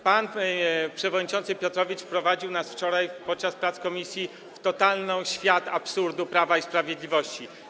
Pan przewodniczący Piotrowicz wprowadził nas wczoraj podczas prac komisji w totalny świat absurdu Prawa i Sprawiedliwości.